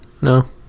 No